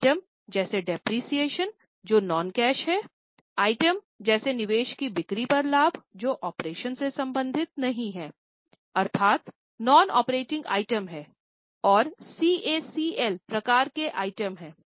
item जैसे depreciation जो non cash हैंआइटम जैसे निवेश की बिक्री पर लाभ जो ऑपरेशन से संबंधित नहीं हैअर्थात् नॉन ऑपरेटिंग आइटम है और सीएसीएल प्रकार के आइटम हैं